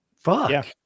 Fuck